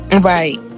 Right